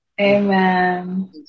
Amen